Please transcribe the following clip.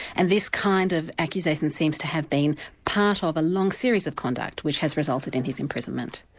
and this kind of accusation seems to have been part of a long series of conduct, which has resulted in his imprisonment.